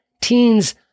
teens